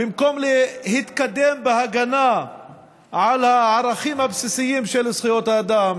במקום להתקדם בהגנה על הערכים הבסיסיים של זכויות האדם,